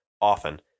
often